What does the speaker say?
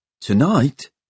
Tonight